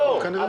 לא.